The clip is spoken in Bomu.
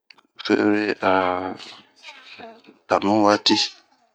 Feviriye a tanu wati.